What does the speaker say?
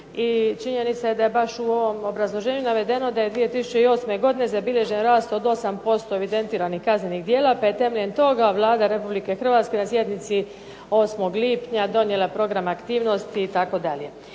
činjenica je da je baš u ovom obrazloženju navedeno da je 2008. godine zabilježen rast od 8% evidentiranih kaznenih djela, te je temeljem toga Vlada Republike Hrvatske na sjednici 8. lipnja donijela program aktivnosti itd.